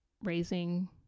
raising